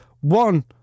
one